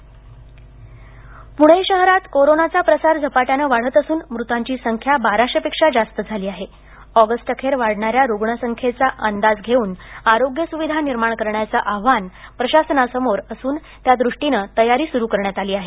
पणे कोरोना पुणे शहरात कोरोनाचा प्रसार झपाट्याने वाढत असून मृतांची संख्या बाराशेपेक्षा जास्त झाली आहे ऑगस्ट अखेर वाढणाऱ्या रुग्ण संख्येचा अंदाज घेऊन आरोग्य सुविधा निर्माण करण्याचं आव्हान प्रशासनासमोर असून त्यादृष्टीने तयारी सूरू करण्यात आली आहे